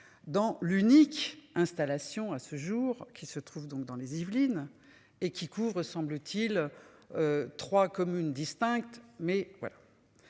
Dans l'unique installation à ce jour, qui se trouve donc dans les Yvelines et qui couvre semble-t-il. 3 communes distinctes, mais voilà.